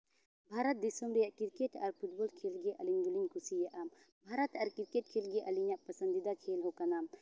ᱵᱷᱟᱨᱚᱛ ᱫᱤᱥᱚᱢ ᱨᱮᱭᱟᱜ ᱠᱨᱤᱠᱮᱴ ᱟᱨ ᱯᱷᱩᱴᱵᱚᱞ ᱠᱷᱮᱞ ᱜᱮ ᱟᱹᱞᱤᱧ ᱫᱚᱞᱤᱧ ᱠᱩᱥᱭᱟᱜᱼᱟ ᱵᱷᱟᱨᱚᱛ ᱟᱨ ᱠᱨᱤᱠᱮᱴ ᱠᱷᱮᱞ ᱜᱮ ᱟᱹᱞᱤᱧᱟᱜ ᱯᱚᱥᱚᱱᱫᱤᱫᱟ ᱠᱷᱮᱞ ᱦᱚᱸ ᱠᱟᱱᱟ